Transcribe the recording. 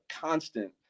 constant